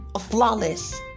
Flawless